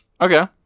Okay